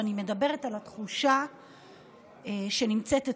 ואני מדברת על התחושה שנמצאת אצלנו,